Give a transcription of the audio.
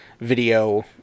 video